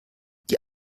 die